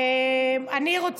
ביקשת ועדה לקידום מעמד האישה.